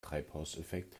treibhauseffekt